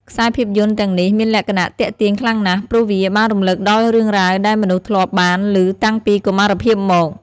ខ្សែភាពយន្តទាំងនេះមានលក្ខណៈទាក់ទាញខ្លាំងណាស់ ព្រោះវាបានរំលឹកដល់រឿងរ៉ាវដែលមនុស្សធ្លាប់បានលឺតាំងពីកុមារភាពមក។